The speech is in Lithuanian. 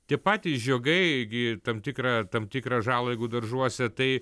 tie patys žiogai gi tam tikrą tam tikrą žalą jeigu daržuose tai